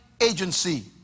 agency